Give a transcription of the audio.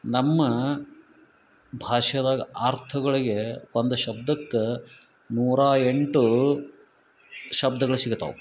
ನಮ್ಮ ಭಾಷೆದಾಗ ಆರ್ಥಗಳಿಗೆ ಒಂದು ಶಬ್ದಕ್ಕ ನೂರ ಎಂಟು ಶಬ್ದಗಳು ಸಿಗುತ್ತಾವು